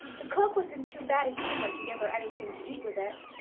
the cook was in too bad a humor to give her anything to eat with it.